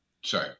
sure